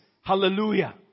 hallelujah